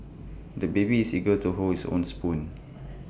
the baby is eager to hold his own spoon